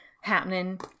happening